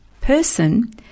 person